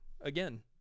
again